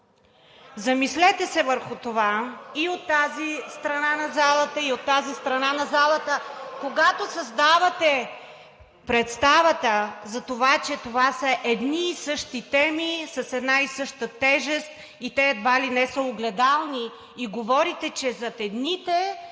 Замислете се върху това – и от тази страна на залата, и от тази страна на залата (шум и реплики), когато създавате представата за това, че това са едни и същи теми, с една и съща тежест, и те едва ли не са огледални, и говорите, че зад едните